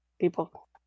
people